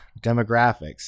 demographics